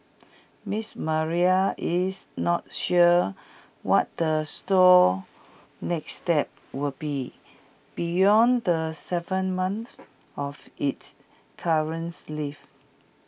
miss Maria is not sure what the store's next step will be beyond the Seven months of its currents leaf